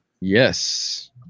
Yes